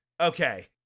Okay